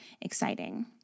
exciting